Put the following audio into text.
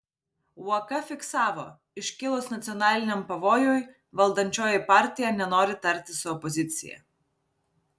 uoka fiksavo iškilus nacionaliniam pavojui valdančioji partija nenori tartis su opozicija